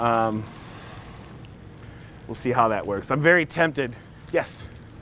we'll see how that works i'm very tempted yes